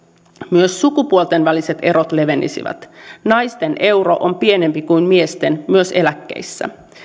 myös sukupuolten väliset erot levenisivät naisten euro on pienempi kuin miesten myös eläkkeissä